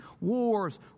wars